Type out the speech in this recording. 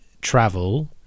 travel